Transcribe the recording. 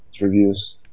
reviews